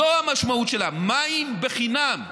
זו המשמעות שלה, מים בחינם.